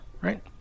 right